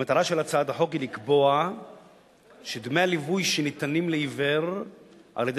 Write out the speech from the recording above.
המטרה של הצעת החוק היא לקבוע שדמי הליווי שניתנים לעיוור על-ידי